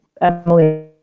Emily